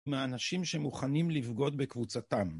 מאנשים שמוכנים לבגוד בקבוצתם.